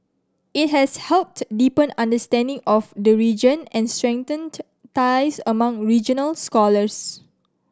it has helped deepen understanding of the region and strengthened ties among regional scholars